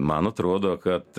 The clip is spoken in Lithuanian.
man atrodo kad